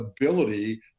ability